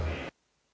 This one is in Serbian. Hvala